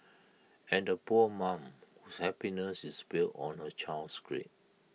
and poor mum whose happiness is built on her child's grades